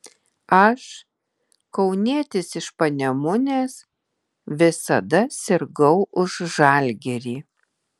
aš kaunietis iš panemunės visada sirgau už žalgirį